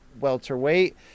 welterweight